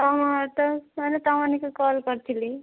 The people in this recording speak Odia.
ତ ମାନେ ତମକୁ କଲ୍ କରିଥିଲି